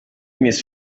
miss